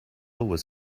was